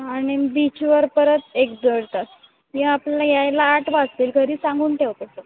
आणि बीचवर परत एक दीड तास आणि आपल्याला यायला आठ वाजतील घरी सांगून ठेव तसं